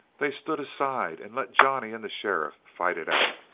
they stood aside and let johnny and the sheriff fight it out.